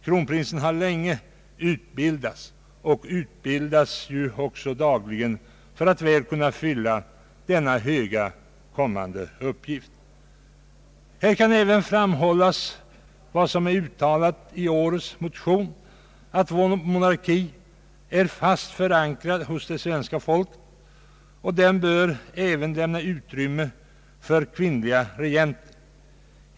Kronprinsen har länge utbildats och utbildas dagligen för att väl kunna fylla denna höga kommande uppgift. Här kan endast framhållas vad som är skrivet i årets motion, nämligen att vår monarki är fast förankrad hos svenska folket och att det även bör lämna utrymme för kvinnliga regenter.